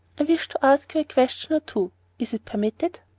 i wish to ask you a question or two is it permitted?